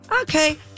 Okay